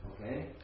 Okay